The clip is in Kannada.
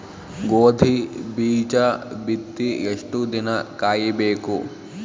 ಗೋಧಿ ಬೀಜ ಬಿತ್ತಿ ಎಷ್ಟು ದಿನ ಕಾಯಿಬೇಕು?